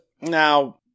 Now